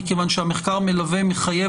מכיוון שאני מזכיר שהמחקר המלווה מחייב